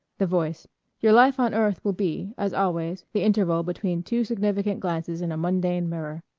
the voice your life on earth will be, as always, the interval between two significant glances in a mundane mirror.